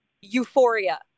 euphoria